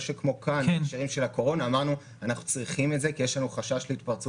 הנתונים שקיבלתי היום בבוקר הם שיש ארבעה חולים